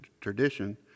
tradition